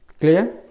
Clear